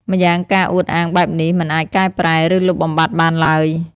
ម្យ៉ាងការអួតអាងបែបនេះ មិនអាចកែប្រែ ឬលុបបំបាត់បានឡើយ។